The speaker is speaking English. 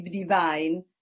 divine